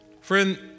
friend